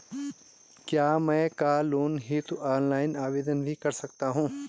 क्या मैं car loan हेतु ऑनलाइन आवेदन भी कर सकता हूँ?